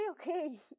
okay